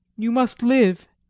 you must live!